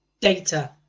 data